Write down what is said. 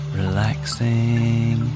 relaxing